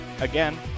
again